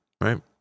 Right